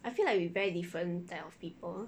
I feel like we very different type of people